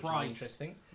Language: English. interesting